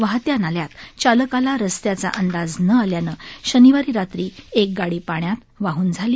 वाहत्या नाल्यात चालकाला रस्त्याचा अंदाज न आल्यानं शनिवारी रात्री एक गाडी पाण्यात वाहन गेली